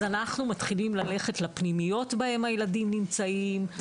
אנחנו מתחילים ללכת לפנימיות שבהן הילדים נמצאים,